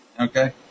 Okay